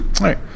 right